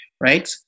right